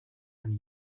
and